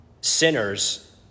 sinners